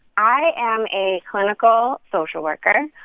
i am a clinical social worker.